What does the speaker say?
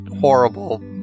horrible